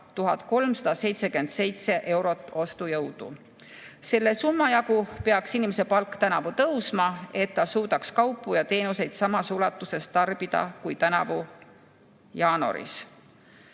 1377 eurot. Selle summa jagu peaks inimese palk tänavu tõusma, et ta suudaks kaupu ja teenuseid tarbida samas ulatuses kui tänavu jaanuaris.